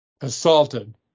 assaulted